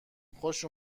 خوش